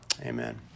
Amen